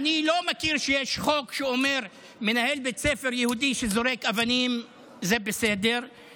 אני לא מכיר שיש חוק שאומר: מנהל בית ספר יהודי שזורק אבנים זה בסדר,